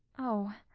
oh!